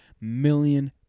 million